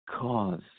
Cause